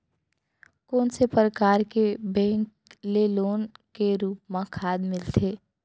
कोन से परकार के बैंक ले लोन के रूप मा खाद मिलथे?